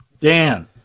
Dan